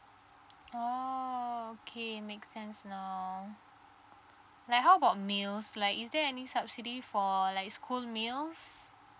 oh okay makes sense now like how about meals like is there any subsidy for like school meals